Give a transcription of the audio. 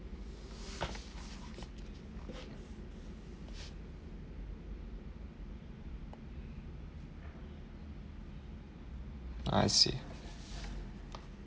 I see